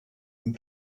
and